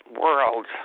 world